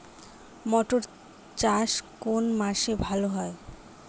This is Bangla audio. মটর চাষ কোন মাসে ভালো হয়?